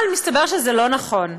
אבל מסתבר שזה לא נכון.